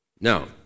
Now